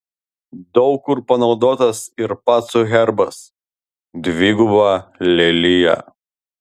daug kur panaudotas ir pacų herbas dviguba lelija